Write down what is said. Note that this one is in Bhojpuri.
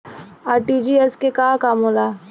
आर.टी.जी.एस के का काम होला?